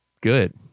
good